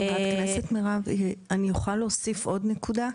חברת הכנסת מירב, אני יכולה להוסיף עוד נקודה?